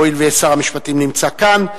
הואיל ושר המשפטים נמצא כאן.